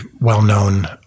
well-known